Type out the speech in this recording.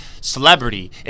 celebrity